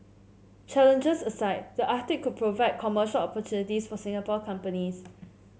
challenges aside the Arctic provide commercial opportunities for Singapore companies